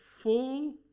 full